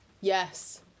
Yes